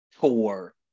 tour